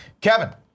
Kevin